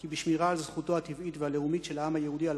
כי בשמירה על זכותו הטבעית והלאומית של העם היהודי על